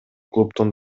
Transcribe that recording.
клубдун